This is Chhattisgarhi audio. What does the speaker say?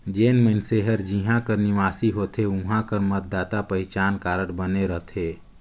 जेन मइनसे हर जिहां कर निवासी होथे उहां कर मतदाता पहिचान कारड बने रहथे